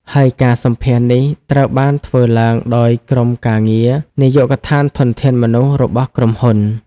ហើយការសម្ភាសន៍នេះត្រូវបានធ្វើឡើងដោយក្រុមការងារ នាយកដ្ឋានធនធានមនុស្សរបស់ក្រុមហ៊ុន។